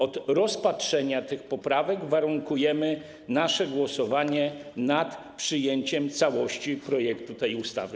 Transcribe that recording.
Od rozpatrzenia tych poprawek warunkujemy nasze głosowanie nad przyjęciem całości projektu tej ustawy.